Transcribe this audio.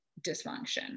dysfunction